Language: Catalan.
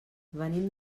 venim